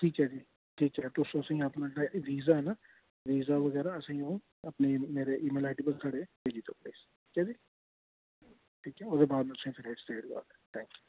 ठीक ऐ जी ठीक ऐ जी तुस असेंगी अपना वीज़ा ना वीज़ा बगैरा असेंगी ओह् अपने मेरे ई मेल आईडी पर साढ़े भेजी देओ ठीक ऐ जी ठीक ऐ जी फिर ओहदे बाद म तुसें नेक्स्ट डिटेल देई ओड़गा